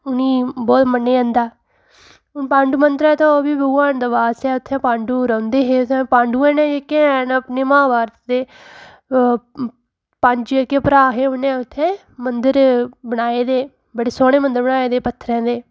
उ'नें ई बहोत मन्नेआ जंदा पांडू मंदर ऐ तां ओह् बी भगवान दा बास ऐ ते उ'त्थें पांडू रौह्ंदे हे ते पांडुऐं ने जेह्के हैन अपने महाभारत दे पंज जेह्के भ्राऽ हे उ'नें उ'त्थें मंदर बनाये दे बड़े सोह्ने मंदर बनाये दे पत्थरें दे